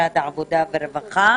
במשרד העבודה והרווחה.